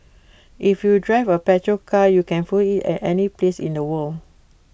if you drive A petrol car you can fuel IT at any place in the world